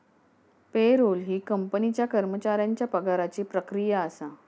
payroll ही कंपनीच्या कर्मचाऱ्यांच्या पगाराची प्रक्रिया असा